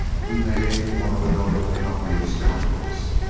he made one of a notable company of scoundrels.